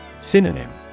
Synonym